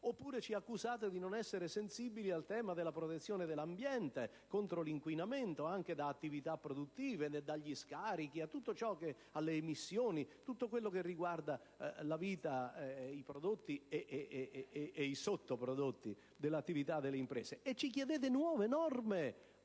Oppure ci accusate di non essere sensibili al tema della protezione dell'ambiente contro l'inquinamento, anche da attività produttive, dagli scarichi, dalle emissioni e da tutto quanto riguarda la vita, i prodotti e i sottoprodotti dell'attività delle imprese, e ci chiedete nuove norme